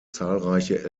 zahlreiche